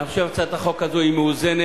אני חושב שהצעת החוק הזו היא מאוזנת,